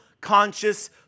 Conscious